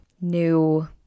new